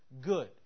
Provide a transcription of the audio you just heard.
good